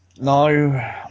no